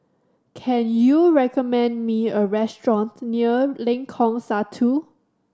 can you recommend me a restaurant near Lengkong Satu